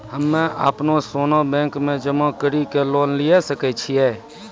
हम्मय अपनो सोना बैंक मे जमा कड़ी के लोन लिये सकय छियै?